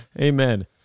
Amen